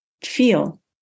feel